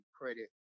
credit